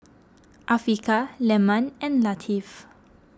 Afiqah Leman and Latif